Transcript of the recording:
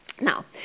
Now